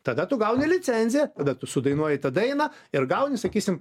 tada tu gauni licenziją tada tu sudainuoji tą dainą ir gauni sakysim